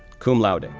cum laude, and